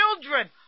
children